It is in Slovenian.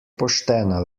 poštena